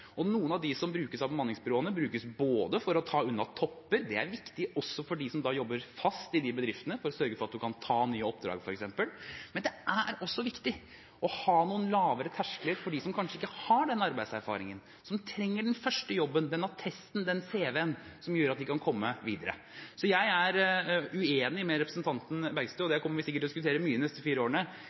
Noen av dem som brukes av bemanningsbyråene, brukes for å ta unna topper. Det er viktig også for dem som jobber fast i de bedriftene, for å sørge for at man kan ta nye oppdrag, f.eks. Men det er også viktig å ha noen lavere terskler for dem som kanskje ikke har den arbeidserfaringen, som trenger den første jobben, den attesten og den cv-en som gjør at de kan komme seg videre. Så jeg er uenig med representanten Bergstø og SV – og dette kommer vi sikkert til å diskutere mye de neste fire årene